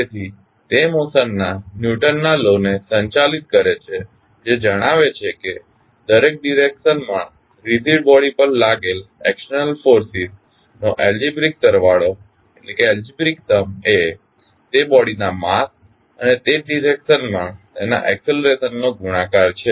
તેથી તે મોશનના ન્યૂટનના લો ને સંચાલિત કરે છે જે જણાવે છે કે દરેક ડીરેક્શન માં રિઝિડ બોડી પર લાગેલ એક્સટર્નલ બાહ્ય ફોર્સિસ નો એલ્જીબ્રેઇક સરવાળો એ તે બોડીના માસ અને તે જ ડીરેક્શનમાં તેના એક્સલરેશન નો ગુણાકાર છે